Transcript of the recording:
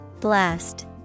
Blast